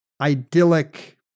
idyllic